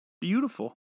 beautiful